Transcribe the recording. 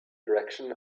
direction